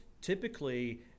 typically